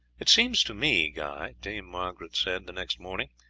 it seems to me, guy, dame margaret said the next morning,